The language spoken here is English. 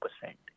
percent